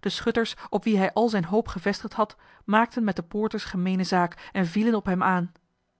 de schutters op wie hij al zijne hoop gevestigd had maakten met de poorters gemeene zaak en vielen op hem aan